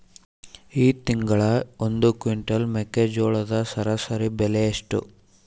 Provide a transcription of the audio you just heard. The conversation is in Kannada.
ಈ ತಿಂಗಳ ಒಂದು ಕ್ವಿಂಟಾಲ್ ಮೆಕ್ಕೆಜೋಳದ ಸರಾಸರಿ ಬೆಲೆ ಎಷ್ಟು?